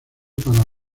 para